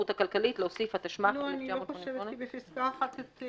לא, אני לא חושבת, כי בפסקה (1)